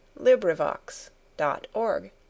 LibriVox.org